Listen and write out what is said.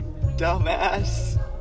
Dumbass